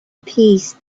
peace